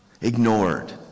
ignored